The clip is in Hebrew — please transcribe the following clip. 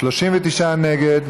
39 נגד.